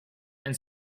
and